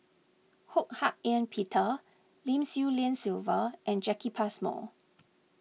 Ho Hak Ean Peter Lim Swee Lian Sylvia and Jacki Passmore